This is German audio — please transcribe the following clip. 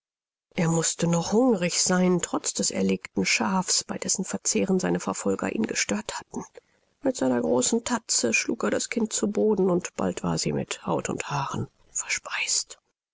er mußte noch hungrig sein trotz des erlegten schafs bei dessen verzehren seine verfolger ihn gestört hatten mit seiner großen tatze schlug er das kind zu boden und bald war sie mit haut und haaren verspeist